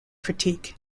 critique